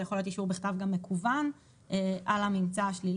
זה יכול להיות גם אישור בכתב וגם מקוון על הממצא השלילי.